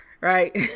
right